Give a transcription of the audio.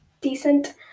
decent